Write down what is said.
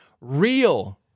real